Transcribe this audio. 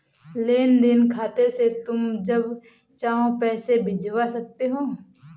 लेन देन खाते से तुम जब चाहो पैसा भिजवा सकते हो